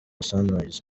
sunrise